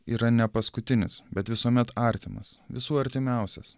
yra ne paskutinis bet visuomet artimas visų artimiausias